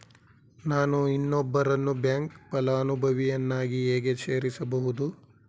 ನಾನು ಇನ್ನೊಬ್ಬರನ್ನು ಬ್ಯಾಂಕ್ ಫಲಾನುಭವಿಯನ್ನಾಗಿ ಹೇಗೆ ಸೇರಿಸಬಹುದು?